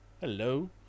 hello